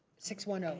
sixty one um